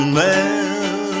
man